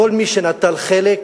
לכל מי שנטל חלק